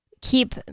keep